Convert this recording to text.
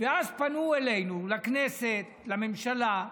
ואז פנו אלינו אנשים, לכנסת, לממשלה,